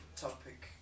topic